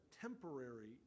temporary